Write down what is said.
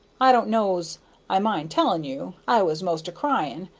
i don't know's i mind telling you i was most a-crying.